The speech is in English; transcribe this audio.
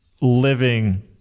living